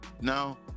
now